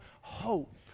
hope